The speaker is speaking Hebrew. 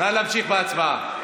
נא להמשיך בהצבעה.